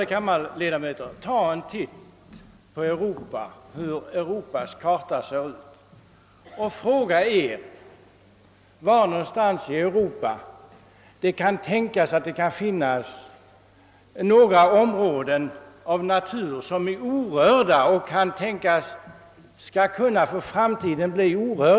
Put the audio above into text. Tag er en titt på Europas karta, ärade kammarledamöter, och fråga er var i Europa det finns områden med orörd natur, som kan tänkas få förbli orörda för framtiden!